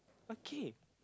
okay